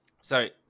Sorry